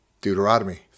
Deuteronomy